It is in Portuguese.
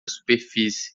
superfície